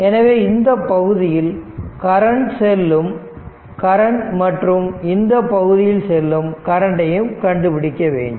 எனவே இந்த பகுதியில் கரண்ட் செல்லும் கரண்ட் மற்றும் இந்தப் பகுதியில் செல்லும் கரண்ட் ஐயும் கண்டுபிடிக்க வேண்டும்